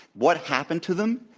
what happened to them?